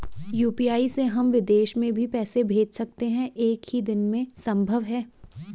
UPI से हम विदेश में भी पैसे भेज सकते हैं एक ही दिन में संभव है?